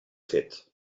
fet